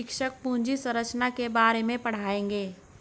शिक्षक पूंजी संरचना के बारे में पढ़ाएंगे